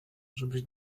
żebyś